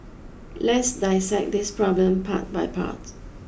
let's dissect this problem part by part